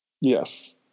Yes